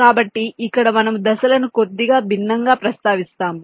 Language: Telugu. కాబట్టి ఇక్కడ మనము దశలను కొద్దిగా భిన్నంగా ప్రస్తావిస్తాము